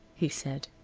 he said.